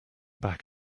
back